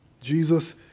jesus